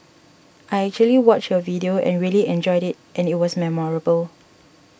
I actually watched your video and really enjoyed it and it was memorable